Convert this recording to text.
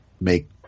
make